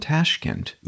Tashkent